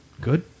good